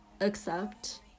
accept